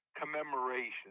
commemoration